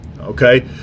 Okay